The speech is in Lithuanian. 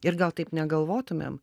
ir gal taip negalvotumėm